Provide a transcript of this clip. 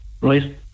right